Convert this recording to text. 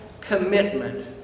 commitment